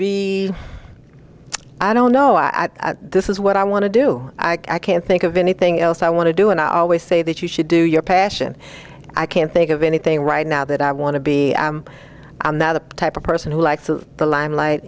be i don't know i this is what i want to do i can't think of anything else i want to do and i always say that you should do your passion i can't think of anything right now that i want to be on the type of person who likes the limelight